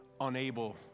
unable